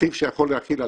בנתיב שיכול להכיל 2,000,